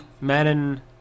Madden